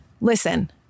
Listen